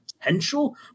potential